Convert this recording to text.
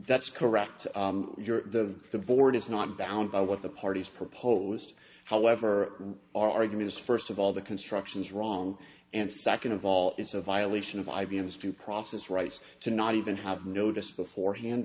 that's correct your of the board is not bound by what the parties proposed however an argument is first of all the construction is wrong and second of all it's a violation of i b m s due process rights to not even have noticed beforehand